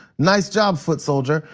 nice job foot soldier.